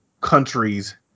countries